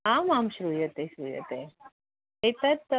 आमां श्रूयते श्रूयते एतत्